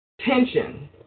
tension